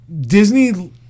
Disney